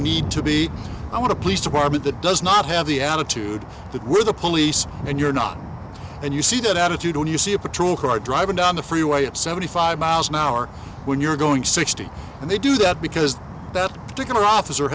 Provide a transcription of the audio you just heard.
need to be i want a police department that does not have the attitude that we're the police and you're not and you see that attitude only you see a patrol car driving down the freeway at seventy five miles an hour when you're going sixty and they do that because that particular office